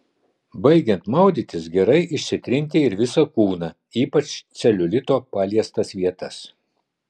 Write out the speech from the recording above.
baigiant maudytis gerai išsitrinti ir visą kūną ypač celiulito paliestas vietas